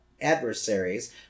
adversaries